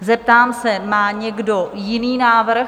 Zeptám se: má někdo jiný návrh?